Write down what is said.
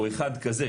או אחד כזה,